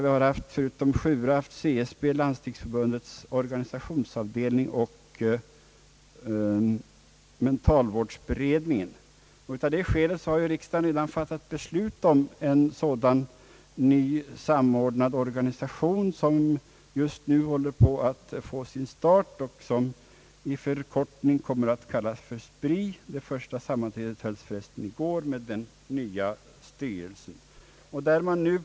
Vi har ju förutom SJURA haft CSB, Landstingsförbundets organisationsavdelning och mentalvårdsberedningen. Av detta skäl har riksdagen redan fattat beslut om en ny samordnad organisation, som just nu håller på att starta och som i förkortning kommer att kallas för SPRI. Första sammanträdet med den nya styrelsen hölls för resten i går.